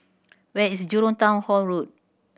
where is Jurong Town Hall Road